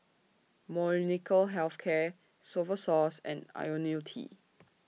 Molnylcke Health Care Novosource and Ionil T